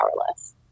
powerless